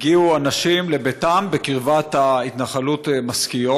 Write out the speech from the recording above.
הגיעו אנשים לביתם בקרבת ההתנחלות משכיות